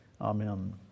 Amen